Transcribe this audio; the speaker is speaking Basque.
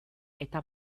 eta